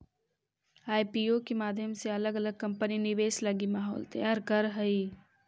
IPO के माध्यम से अलग अलग कंपनि निवेश लगी माहौल तैयार करऽ हई